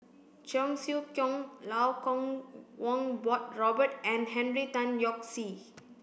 Cheong Siew Keong Kuo Kwong Robert and Henry Tan Yoke See